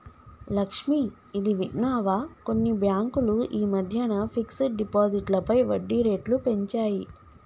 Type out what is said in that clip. లక్ష్మి, ఇది విన్నావా కొన్ని బ్యాంకులు ఈ మధ్యన ఫిక్స్డ్ డిపాజిట్లపై వడ్డీ రేట్లు పెంచాయి